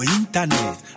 internet